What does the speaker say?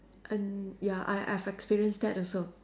uh ya I I've experienced that also